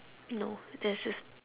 no there's just